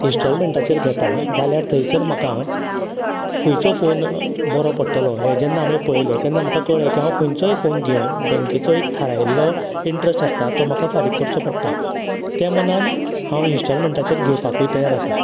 इंस्टोलमेंटाचेर घेता जाल्यार थंयसर म्हाका खंयचो फोन बरो पडटलो हें जेन्ना हांवें पळयलें तेन्ना म्हाका कळ्ळें की हांव खंयचोय फोन घेवं बँकेचो एक ठारायल्लो इंनट्रस्ट आसता तो म्हाका फारीक करचोच पडटा त्या मानान हांव इंन्स्टोलमेंटाचेर घेवपाकूय तयार आसा